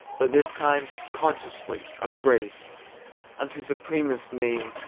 but this time consciously, of grace unto supremest name,